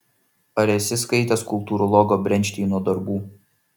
ar esi skaitęs kultūrologo brenšteino darbų